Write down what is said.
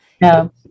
No